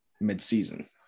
mid-season